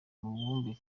mubumbe